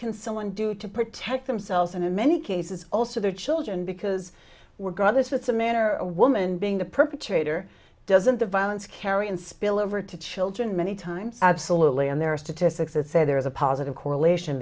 can someone do to protect themselves and in many cases also their children because we're god this is a man or a woman being the perpetrator doesn't the violence carry and spill over to children many times absolutely and there are statistics that say there is a positive correlation